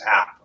app